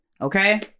Okay